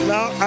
Now